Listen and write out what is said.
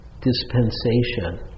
dispensation